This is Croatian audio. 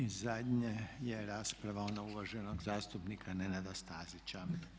I zadnja je rasprava ona uvaženog zastupnika Nenada Stazića.